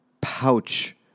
pouch